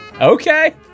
Okay